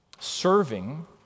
serving